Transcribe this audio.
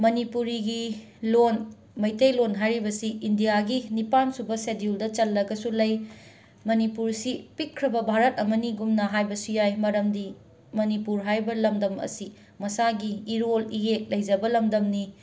ꯃꯅꯤꯄꯨꯔꯤꯒꯤ ꯂꯣꯟ ꯃꯩꯇꯩꯂꯣꯟ ꯍꯥꯏꯔꯤꯕꯁꯤ ꯏꯟꯗ꯭ꯌꯥꯒꯤ ꯅꯤꯄꯥꯟ ꯁꯨꯕ ꯁꯦꯗ꯭ꯌꯨꯜꯗ ꯆꯜꯂꯒꯁꯨ ꯂꯩ ꯃꯅꯤꯄꯨꯔꯁꯤ ꯄꯤꯛꯈ꯭ꯔꯕ ꯚꯥꯔꯠ ꯑꯃꯅꯤ ꯒꯨꯝꯅ ꯍꯥꯏꯕꯁꯨ ꯌꯥꯏ ꯃꯔꯝꯗꯤ ꯃꯅꯤꯄꯨꯔ ꯍꯥꯏꯔꯤꯕ ꯂꯝꯗꯝ ꯑꯁꯤ ꯃꯁꯥꯒꯤ ꯏꯔꯣꯜ ꯏꯌꯦꯛ ꯂꯩꯖꯕ ꯂꯝꯗꯝꯅꯤ